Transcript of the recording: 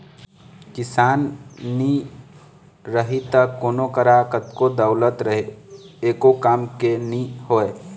किसान नी रही त कोनों करा कतनो दउलत रहें एको काम के नी होय